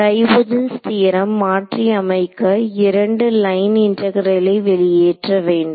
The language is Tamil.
டைவர்ஜென்ஸ் தியரம் மாற்றி அமைக்க இரண்டு லைன் இன்டெகரேலை வெளியேற்ற வேண்டும்